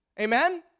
amen